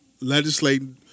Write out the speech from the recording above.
legislating